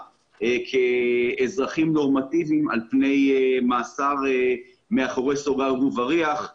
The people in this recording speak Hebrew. כאזרחים נורמטיביים על פני מאסר מאחורי סורג ובריח.